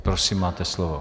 Prosím máte slovo.